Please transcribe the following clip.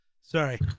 Sorry